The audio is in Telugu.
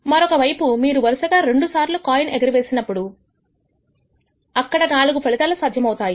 మరొకవైపు మీరు వరుసగా రెండుసార్లు కాయిన్ ఎగరవేసినట్లయితేఅప్పుడు అక్కడ 4 ఫలితాలు సాధ్యమవుతాయి